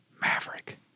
Maverick